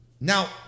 Now